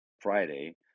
Friday